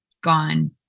gone